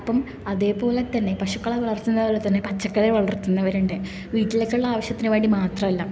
അപ്പം അതേപോലെ തന്നെ പശുക്കളെ വളർത്ത്ന്നത്പോലെ തന്നെ പച്ചക്കറി വളർത്തുന്നവരുണ്ട് വീട്ടിലേക്കുള്ള ആവശ്യത്തിന് വേണ്ടി മാത്രമല്ല